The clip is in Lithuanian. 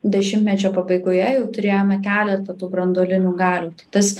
dešimtmečio pabaigoje jau turėjome keletą tų branduolinių galių tas